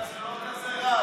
אגב,